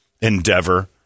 endeavor